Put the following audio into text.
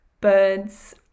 birds